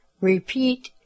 repeat